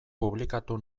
publikatu